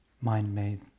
mind-made